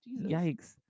Yikes